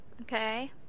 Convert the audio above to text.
okay